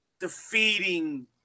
defeating